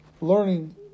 Learning